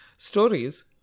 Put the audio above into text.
Stories